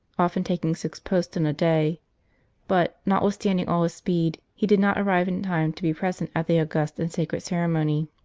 often taking six posts in a day but, notwithstanding all his speed, he did not arrive in time to be present at the august and sacred ceremony.